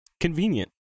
convenient